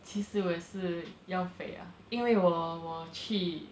其实我也是要 ah 因为我我去